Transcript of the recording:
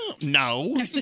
No